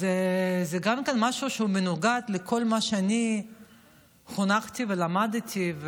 אז זה גם כן משהו שמנוגד לכל מה שאני חונכתי ולמדתי.